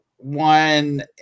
One